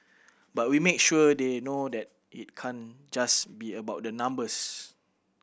but we make sure they know that it can't just be about the numbers